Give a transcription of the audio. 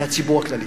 מהציבור הכללי,